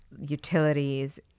utilities